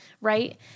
right